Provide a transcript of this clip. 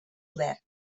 obert